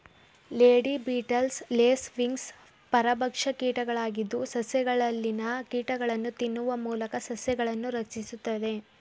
lady beetles, lace wings ಪರಭಕ್ಷ ಕೀಟಗಳಾಗಿದ್ದು, ಸಸ್ಯಗಳಲ್ಲಿನ ಕೀಟಗಳನ್ನು ತಿನ್ನುವ ಮೂಲಕ ಸಸ್ಯಗಳನ್ನು ರಕ್ಷಿಸುತ್ತದೆ